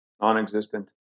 Non-existent